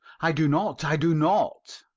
i do not, i do not